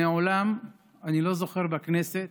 מעולם אני לא זוכר שבכנסת,